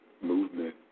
movement